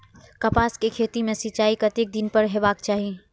कपास के खेती में सिंचाई कतेक दिन पर हेबाक चाही?